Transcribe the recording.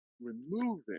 removing